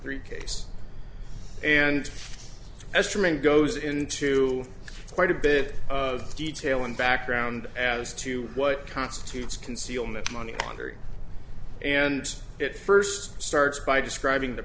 three case and estimated goes into quite a bit of detail and background as to what constitutes concealment money laundering and it first starts by describing the